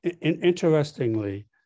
Interestingly